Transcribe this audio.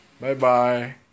Bye-bye